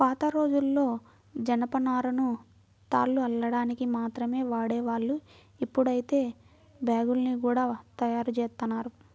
పాతరోజుల్లో జనపనారను తాళ్లు అల్లడానికి మాత్రమే వాడేవాళ్ళు, ఇప్పుడైతే బ్యాగ్గుల్ని గూడా తయ్యారుజేత్తన్నారు